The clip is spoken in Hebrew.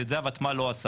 ואת זה הוותמ"ל לא עשה.